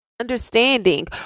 understanding